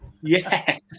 Yes